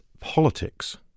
politics